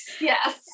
Yes